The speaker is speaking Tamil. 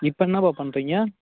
இப்போ என்னப்பா பண்ணுறீங்க